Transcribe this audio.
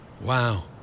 Wow